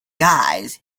guise